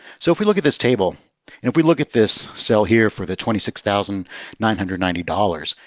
so if we look at this table, and if we look at this cell here for the twenty six thousand nine hundred and ninety dollars,